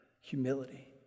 Humility